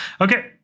okay